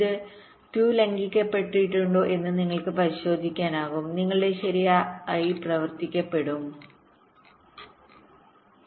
ഇത് 2 ലംഘിക്കപ്പെട്ടിട്ടുണ്ടോ എന്ന് നിങ്ങൾക്ക് പരിശോധിക്കാനാകും നിങ്ങളുടെ ശരിയായ പ്രവർത്തനം തടസ്സപ്പെടും